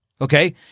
Okay